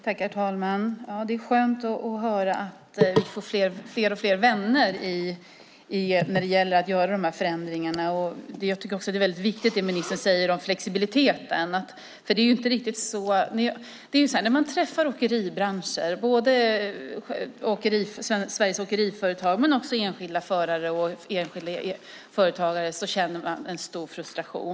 Herr talman! Det är skönt att höra att vi får fler och fler vänner när det gäller att göra de här förändringarna. Det ministern säger om flexibiliteten är också väldigt viktigt. När man träffar åkeribranschen, både Sveriges Åkeriföretag och enskilda förare och företagare, känner man stor frustration.